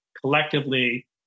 collectively